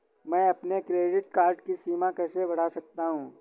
मैं अपने credit card की सीमा कैसे बढ़ा सकता हूँ?